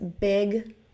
big